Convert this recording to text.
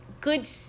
good